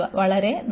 വളരെ നന്ദി